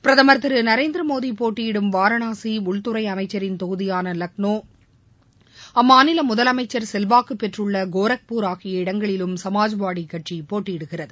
பிரதமர் திரு நரேந்திரமோடி போட்டியிடும் வாரணாசி உள்துறை அமைச்சரின் தொகுதியாள லக்னோ அம்மாநில முதலமைச்சர் செல்வாக்கு பெற்றுள்ள கோரக்பூர் ஆகிய இடங்களிலும் சமாஜ்வாதிகட்சி போட்டியிடுகிறது